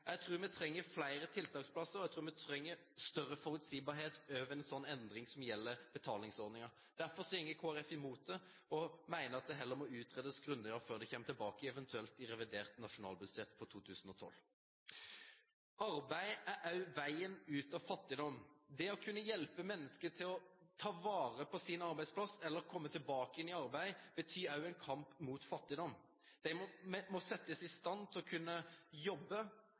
Jeg tror vi trenger flere tiltaksplasser, og jeg tror vi trenger større forutsigbarhet for en endring som gjelder betalingsordningen. Derfor går Kristelig Folkeparti imot det og mener at det heller må utredes grundigere før en kommer tilbake eventuelt i revidert nasjonalbudsjett for 2012. Arbeid er også veien ut av fattigdom. Det å kunne hjelpe mennesker til å ta vare på sin arbeidsplass eller komme tilbake igjen i arbeid betyr også en kamp mot fattigdom. De må settes i stand til å kunne jobbe.